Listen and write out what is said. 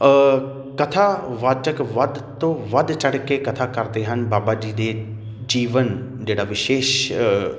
ਕਥਾਵਾਚਕ ਵੱਧ ਤੋਂ ਵੱਧ ਚੜ ਕੇ ਕਥਾ ਕਰਦੇ ਹਨ ਬਾਬਾ ਜੀ ਦੇ ਜੀਵਨ ਜਿਹੜਾ ਵਿਸ਼ੇਸ਼